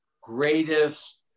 greatest